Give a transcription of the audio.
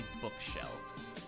bookshelves